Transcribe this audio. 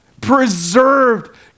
preserved